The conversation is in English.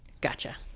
Gotcha